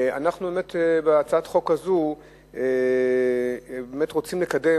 אנחנו בהצעת החוק הזו באמת רוצים לקדם